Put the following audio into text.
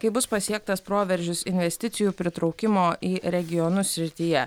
kai bus pasiektas proveržis investicijų pritraukimo į regionus srityje